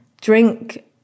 drink